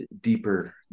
deeper